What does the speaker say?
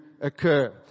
occur